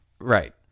right